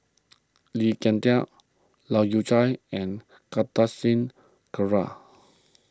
Lee Ek Tieng Leu Yew Chye and Kartar Singh Thakral